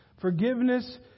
Forgiveness